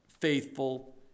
faithful